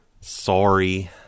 Sorry